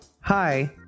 Hi